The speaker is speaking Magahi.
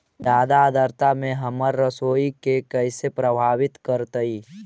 जादा आद्रता में हमर सरसोईय के कैसे प्रभावित करतई?